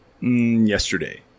yesterday